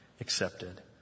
accepted